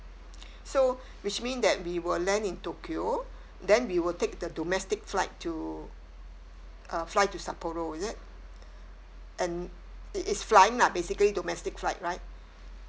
so which mean that we will land in tokyo then we will take the domestic flight to uh fly to sapporo is it and it is flying lah basically domestic flight right